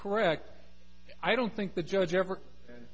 correct i don't think the judge ever